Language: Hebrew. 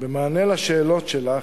במענה לשאלות שלך,